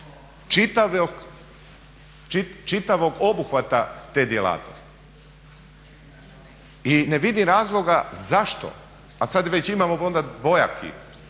čitavog obuhvata te djelatnosti. I ne vidim razloga zašto, a sad već imamo onda dvojaki